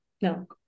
No